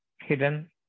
hidden